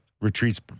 retreats